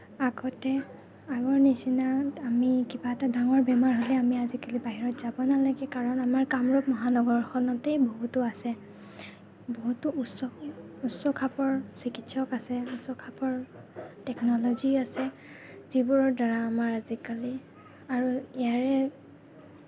আগতে আগৰ নিচিনা আমি কিবা এটা ডাঙৰ বেমাৰ হ'লে আমি আজিকালি বাহিৰত যাব নালাগে কাৰণ আমাৰ কামৰূপ মহানগৰখনতেই বহুতো আছে বহুতো উচ্চ উচ্চ খাপৰ চিকিৎসক উচ্চখাপৰ টেকনলজি আছে যিবোৰৰ দ্বাৰা আমাৰ আজিকালি আৰু ইয়াৰে